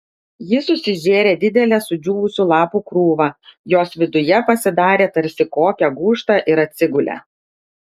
ji susižėrė didelę sudžiūvusių lapų krūvą jos viduje pasidarė tarsi kokią gūžtą ir atsigulė